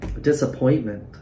disappointment